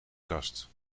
kast